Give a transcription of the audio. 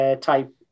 type